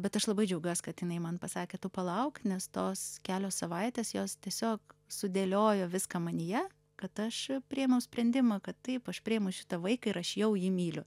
bet aš labai džiaugiuosi kad jinai man pasakė tu palauk nes tos kelios savaitės jos tiesiog sudėliojo viską manyje kad aš priėmiau sprendimą kad taip aš priimu šitą vaiką ir aš jau jį myliu